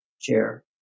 chair